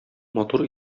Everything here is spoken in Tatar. матур